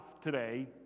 today